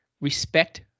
respect